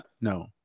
No